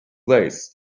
lace